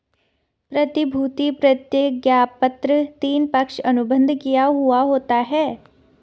प्रतिभूति प्रतिज्ञापत्र तीन, पक्ष अनुबंध किया हुवा होता है